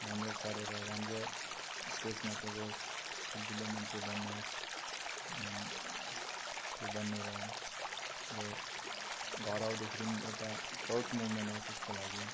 राम्रो पढेर राम्रो स्टेजमा पुगोस् ठुलठुलो मान्छे बनोस् त्यो बनिएर अब घर आउँदाखेरि एउटा प्राउड मोमेन्ट होस् उसको लागि